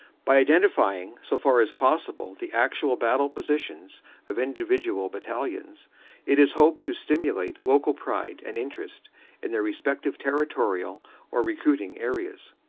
by identifying so far as possible the actual battle position of individual battalions it is hoped to stimulate local pride and interest in their respective territorial or recruiting areas.